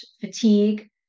fatigue